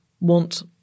want